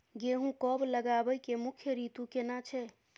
गेहूं कब लगाबै के मुख्य रीतु केना छै?